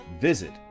Visit